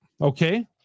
Okay